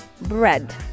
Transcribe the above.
bread